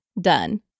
done